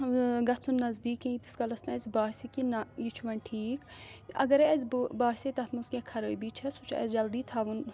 گژھُن نزدیٖک کینٛہہ ییٖتِس کالَس نہٕ اَسہِ باسہِ کہِ نہ یہِ چھُ وَنۍ ٹھیٖک اَگرے اسہِ بہٕ باسے تَتھ منٛز کیٚنٛہہ خرٲبی چھےٚ سُہ چھُ اَسہِ جلدی تھاوُن